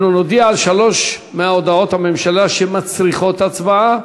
אנחנו נודיע על שלוש מהודעות הממשלה שמצריכות הצבעה,